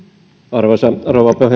arvoisa rouva